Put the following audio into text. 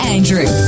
Andrew